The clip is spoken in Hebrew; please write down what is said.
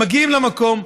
מגיעים למקום,